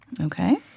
Okay